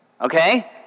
Okay